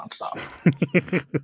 nonstop